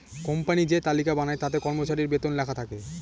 company যে তালিকা বানায় তাতে কর্মচারীর বেতন লেখা থাকে